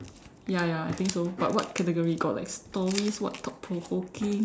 ya ya I think so but what category got like stories what thought provoking